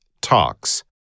Talks